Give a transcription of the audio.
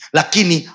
lakini